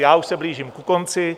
Já už se blížím ke konci.